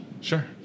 Sure